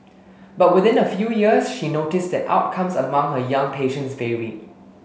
but within a few years she noticed that outcomes among her young patients varied